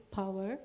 power